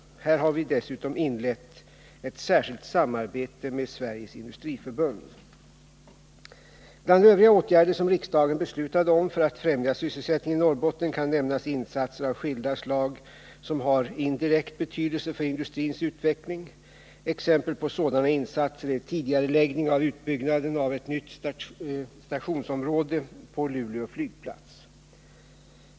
Här har vi dessutom inlett ett särskilt samarbete med Sveriges industriförbund. Bland övriga åtgärder som riksdagen beslutade om för att främja sysselsättningen i Norrbotten kan nämnas insatser av skilda slag som har indirekt betydelse för industrins utveckling. Exempel på sådana insatser är tidigareläggning av utbyggnaden av ett nytt stationsområde på Luleå flygplats.